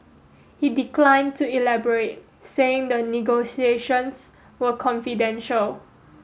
he declined to elaborate saying the negotiations were confidential